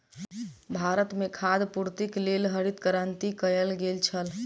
भारत में खाद्य पूर्तिक लेल हरित क्रांति कयल गेल छल